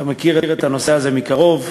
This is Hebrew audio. אתה מכיר את הנושא הזה מקרוב,